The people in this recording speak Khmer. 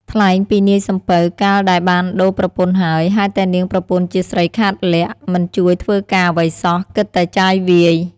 ថ្លែងពីនាយសំពៅ កាលដែលបានដូរប្រពន្ធហើយ ហេតុតែនាងប្រពន្ធជាស្រីខាតលក្ខណ៍ មិនជួយធ្វើការអ្វីសោះគិតតែចាយវាយ។